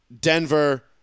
Denver